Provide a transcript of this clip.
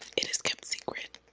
it is kept secret.